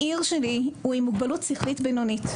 מאיר שלי הוא עם מוגבלות שכלית בינונית.